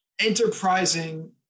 enterprising